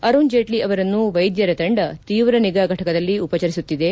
ಅರುಣ್ ಜೇಟ್ಲ ಅವರನ್ನು ವೈದ್ಯರ ತಂಡ ತೀವ್ರ ನಿಗಾ ಘಟಕದಲ್ಲಿ ಉಪಚರಿಸುತ್ತಿದೆ